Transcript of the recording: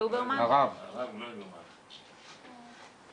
שלום לכם.